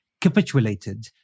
capitulated